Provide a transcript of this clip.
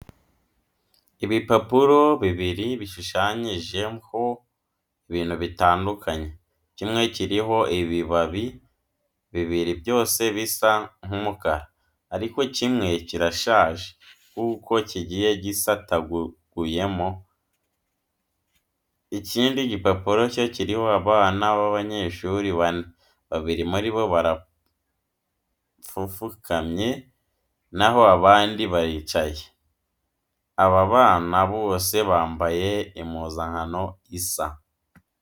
Ibipapuro bibiri bishushanyijeho ibintu bitandukanye, kimwe kiriho ibibabi bibiri byose bisa nk'umukara ariko kimwe kirashaje kuko kigiye gisataguyemo, ikindi gipapuro cyo kiriho abana b'abanyeshuri bane, babiri muri bo barapfufukamye, na ho abandi baricaye. Aba bana bose bambaye impuzankano isa.